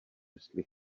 jestli